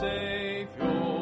Savior